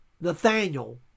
Nathaniel